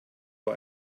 war